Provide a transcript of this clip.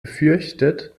befürchtet